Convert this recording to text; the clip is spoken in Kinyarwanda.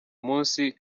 munsi